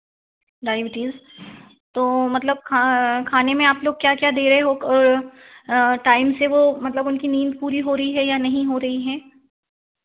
diabetes तो मतलब खा खाने में आप लोग क्या क्या दे रहे हो टाइम से वह मतलब उनकी नींद पूरी हो रही या नहीं हो रही है